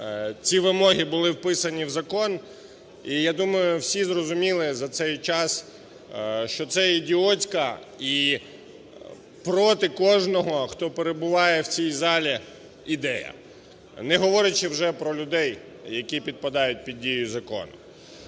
ці вимоги були вписані в закон. І я думаю, всі зрозуміли за цей час, що це ідіотська і проти кожного, хто перебуває в цій залі, ідея, не говорячи вже про людей, які підпадають під дію закону.